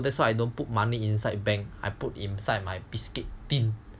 so that's why I don't put money inside bank I put inside my biscuit tin